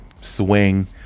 Swing